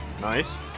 Nice